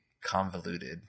convoluted